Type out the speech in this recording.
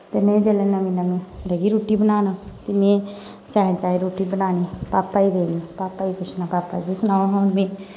ते में जिसलै नमीं नमीं लगी रुट्टी बनान ते में चाएं चाएं रुट्टी बनानी पापा गी देनी पापा गी पुछना पापा जी सनाओ हां में